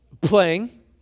playing